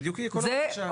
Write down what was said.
לא בטוח שצריך.